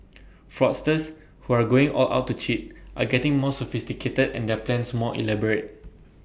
fraudsters who are going all out to cheat are getting more sophisticated and their plans more elaborate